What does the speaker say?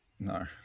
No